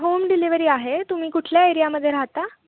home delivery आहे तुम्ही कुठल्या एरियामध्ये राहता